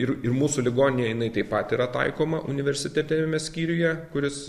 ir ir mūsų ligoninėje jinai taip pat yra taikoma universitetiniame skyriuje kuris